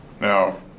Now